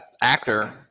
actor